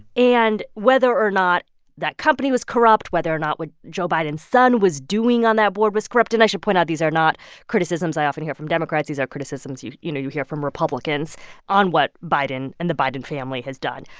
and whether or not that company was corrupt, whether or not what joe biden's son was doing on that board, was corrupt. and i should point out, these are not criticisms i often hear from democrats. these are criticisms, you you know you hear from republicans on what biden and the biden family has done.